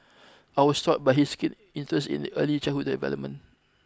I was struck by his keen interest in the early childhood development